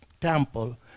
temple